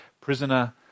prisoner